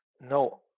no